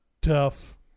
tough